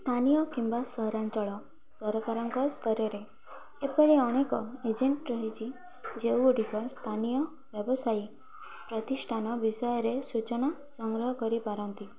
ସ୍ଥାନୀୟ କିମ୍ବା ସହରାଞ୍ଚଳ ସରକାରଙ୍କ ସ୍ତରରେ ଏପରି ଅନେକ ଏଜେନ୍ସି ରହିଛି ଯେଉଁ ଗୁଡ଼ିକ ସ୍ଥାନୀୟ ବ୍ୟବସାୟ ପ୍ରତିଷ୍ଠାନ ବିଷୟରେ ସୂଚନା ସଂଗ୍ରହ କରିପାରନ୍ତି